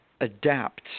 adapt